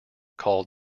called